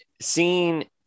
seeing